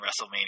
WrestleMania